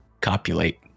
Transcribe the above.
copulate